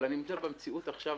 אבל במציאות הנוכחית,